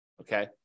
Okay